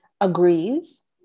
agrees